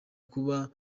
kuba